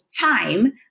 time